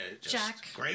Jack